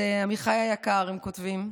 אז, הם כותבים: